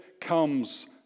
comes